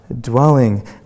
dwelling